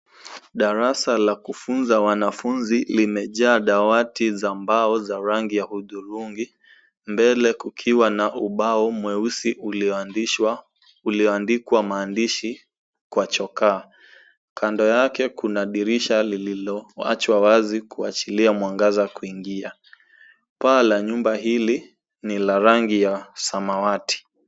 Darasa la kufunza wanafunzi limejaa dawati za mbao za rangi ya hudhurungi. Mbele kukiwa na ubao mweusi ulioandishwa uliondikwa maandishi kwa chokaa. Kando yake kuna dirisha lililoachwa wazi kuachilia mwangaza kuingia. Paa la nyumba hili ni la rangi ya samawati.